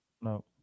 No